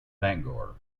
bangor